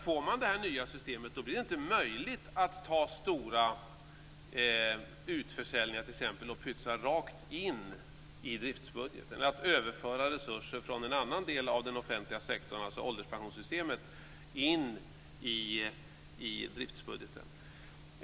Får man det här nya systemet blir det självklart inte möjligt att ta stora utförsäljningar t.ex. och pytsa rakt in i driftsbudgeten eller att överföra resurser från en annan del av den offentliga sektorn, ålderspensionssystemet, till driftsbudgeten.